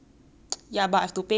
so it's not that nice